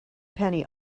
penny